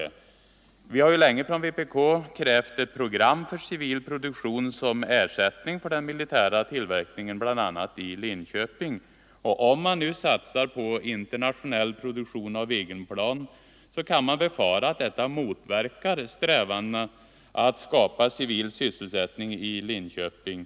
12 november 1974 Vi har ju länge från vpk krävt ett program för civil produktion som — ersättning för den militära tillverkningen, bl.a. i Linköping. Om man :Ång. utfästelser om nu satsar på internationell produktion av Viggenplan, så kan vi befara = företagsetablering i att detta motverkar strävandena att skapa civil sysselsättning i Linköping.